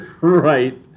Right